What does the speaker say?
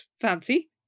Fancy